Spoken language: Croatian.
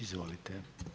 Izvolite.